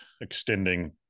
extending